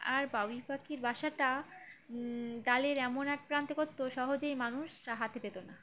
আর বাবুই পাখির বাসাটা ডালের এমন এক প্রান্তে করতো সহজেই মানুষ হাতে পেতো না